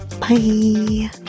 Bye